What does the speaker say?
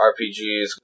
RPGs